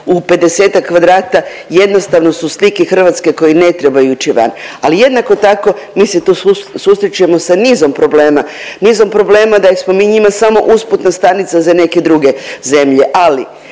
u 50-ak kvadrata jednostavno su slike Hrvatske koje ne trebaju ići van, ali jednako tako mi se tu susrećemo sa nizom problema. Nizom problema da smo mi njima samo usputna stanica za neke druge zemlje, ali